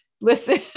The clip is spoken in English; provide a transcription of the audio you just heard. listen